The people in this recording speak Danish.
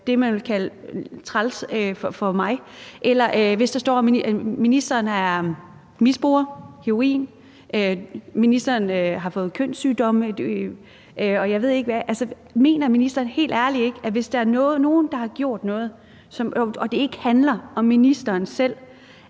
det, man ville kalde træls, for mig – eller for ministeren, hvis der står, at ministeren misbruger heroin, at ministeren har fået kønssygdomme, og jeg ved ikke hvad? Mener ministeren helt ærligt ikke, hvis der er nogen, der har gjort noget, og det ikke handler om ministeren selv,